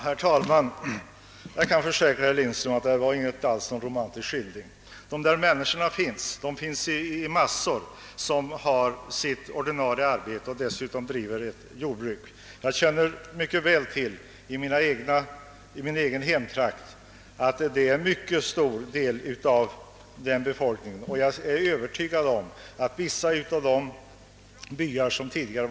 Herr talman! Jag kan försäkra herr Lindström att jag inte alls gav någon romantisk skildring. De människor jag talade om — folk som har ett ordinarie arbete och dessutom driver ett jordbruk — finns, t.o.m. i massor. Jag känner från min egen hemtrakt mycket väl till att dessa människor utgör en mycket stor del av befolkningen.